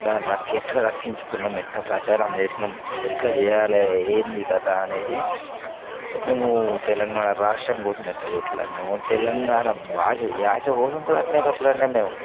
దాన్ని రక్ ఎట్లా రక్షించుకున్నాం ఎట్లా ప్రచారం చేసినాం ఎట్లా చెయ్యాలే ఏంది కదా అనేసి మేము తెలంగాణ రాష్ట్రం కోసం ఎట్లా కొట్లాడినమో తెలంగాణ భాష యాస కోసం కూడా అట్నే కొట్లాడినాం మేము